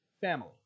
family